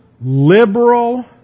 liberal